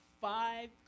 five